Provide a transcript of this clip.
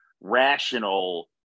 rational